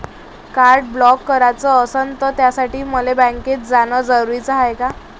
Card block कराच असनं त त्यासाठी मले बँकेत जानं जरुरी हाय का?